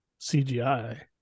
CGI